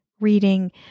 reading